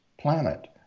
planet